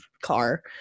car